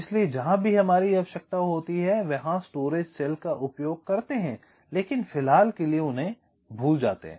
इसलिए जहाँ भी हमारी आवश्यकता होती है वहां स्टोरेज सेल का उपयोग करते हैं लेकिन फिलहाल के लिए इन्हे भूल जाते हैं